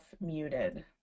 muted